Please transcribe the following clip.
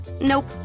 Nope